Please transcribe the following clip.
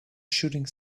shooting